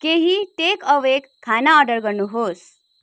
केही टेकअवे खाना अर्डर गर्नुहोस्